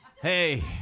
Hey